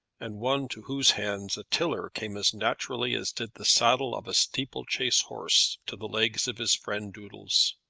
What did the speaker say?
and one to whose hands a tiller came as naturally as did the saddle of a steeple-chase horse to the legs of his friend doodles.